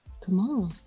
tomorrow